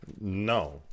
No